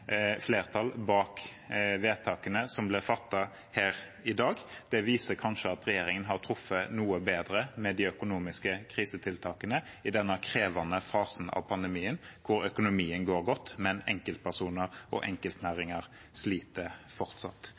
flertall bak vedtakene som blir fattet her i dag. Det viser kanskje at regjeringen har truffet noe bedre med de økonomiske krisetiltakene i denne krevende fasen av pandemien, hvor økonomien går godt, men enkeltpersoner og enkeltnæringer fortsatt sliter.